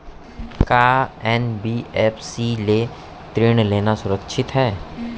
का एन.बी.एफ.सी ले ऋण लेना सुरक्षित हे?